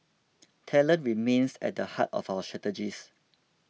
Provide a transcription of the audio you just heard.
talent remains at the heart of our strategies